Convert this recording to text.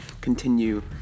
continue